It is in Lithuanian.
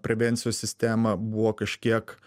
prevencijos sistema buvo kažkiek